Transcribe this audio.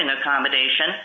accommodation